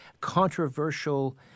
controversial